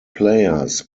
players